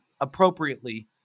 appropriately